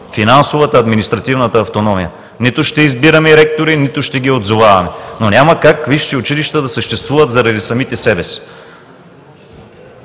финансовата, в административната автономия. Нито ще избираме ректори, нито ще ги отзоваваме. Няма как висшите училища да съществуват заради самите себе си.